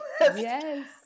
Yes